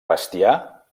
bestiar